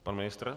Pan ministr?